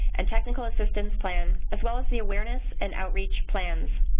and technical assistance plan as well as the awareness and outreach plans